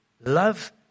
Love